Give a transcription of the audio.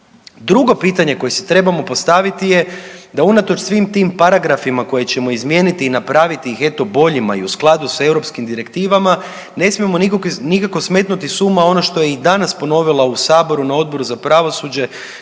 Drugo pitanje koje si trebamo postaviti je da unatoč svim tim paragrafima koje ćemo izmijeniti i napraviti ih eto boljima i u skladu s europskim direktivama ne smijemo nikako smetnuti s uma ono što je i danas ponovila u saboru na Odboru za pravosuđe